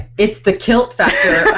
it's the kilt factor.